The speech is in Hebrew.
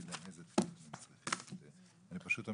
פשוט אני